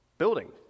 building